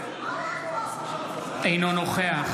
אינו נוכח